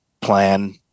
plan